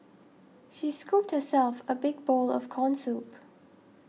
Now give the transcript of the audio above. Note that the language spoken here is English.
she scooped herself a big bowl of Corn Soup